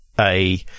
a-